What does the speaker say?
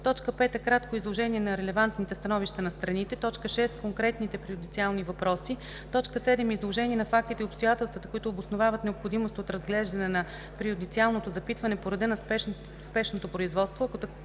делото; 5. кратко изложение на релевантните становища на страните; 6. конкретните преюдициални въпроси; 7. изложение на фактите и обстоятелствата, които обосновават необходимост от разглеждане на преюдициалното запитване по реда на спешното производство,